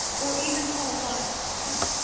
or even telephonic counseling?